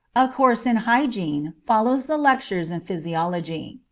a course in hygiene follows the lectures in physiology.